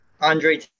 Andre